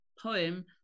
poem